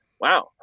Wow